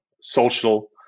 social